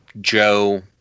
Joe